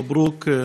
מברוכ.